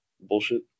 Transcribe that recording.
bullshit